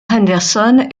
henderson